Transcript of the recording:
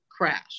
crash